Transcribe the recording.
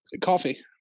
Coffee